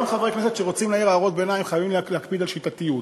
גם חברי כנסת שרוצים להעיר הערות ביניים חייבים להקפיד על שיטתיות.